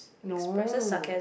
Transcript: no